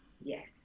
Yes